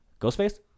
Ghostface